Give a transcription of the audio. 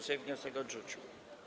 Sejm wniosek odrzucił.